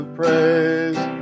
praise